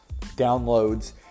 downloads